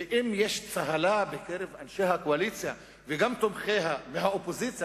ואם יש צהלה בקרב אנשי הקואליציה וגם תומכיה מהאופוזיציה,